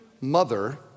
mother